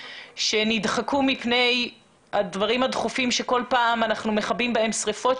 שנדחקו מפני הדברים הדחופים שכל פעם אנחנו מכבים בהם שריפות.